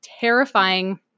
terrifying